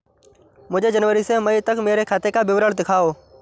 मुझे जनवरी से मई तक मेरे खाते का विवरण दिखाओ?